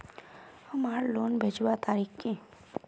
हमार लोन भेजुआ तारीख की?